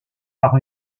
par